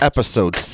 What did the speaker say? Episode